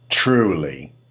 Truly